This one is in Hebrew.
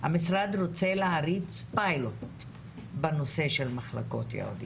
שהמשרד רוצה להריץ פיילוט בנושא מחלקות ייעודיות.